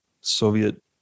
Soviet